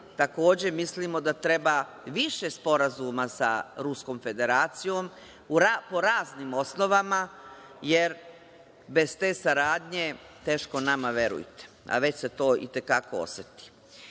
takođe mislimo da treba više sporazuma sa Ruskom Federacijom, po raznim osnovama, jer bez te saradnje teško nama verujte, a već se to i te kako oseti. Imamo